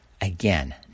Again